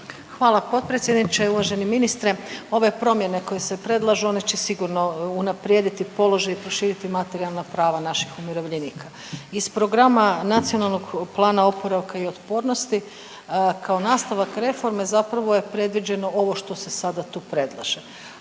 Hvala potpredsjedniče. Uvaženi ministre. Ove promjene koje se predlažu one će sigurno unaprijediti položaj i proširiti materijalna prava naših umirovljenika. Iz programa NPOO-a kao nastavak reforme zapravo je predviđeno ovo što se sada tu predlaže,